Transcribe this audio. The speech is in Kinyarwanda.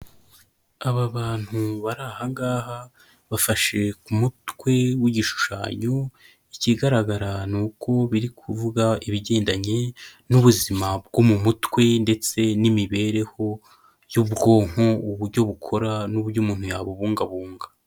Aba bantu bari ahangaha bafashe ku mutwe w'igishushanyo, ikigaragara ni uko biri kuvuga ibigendanye n'ubuzima bwo mu mutwe, ndetse n'imibereho y'ubwonko, uburyo bukora n'uburyo umuntu yabubungabunga.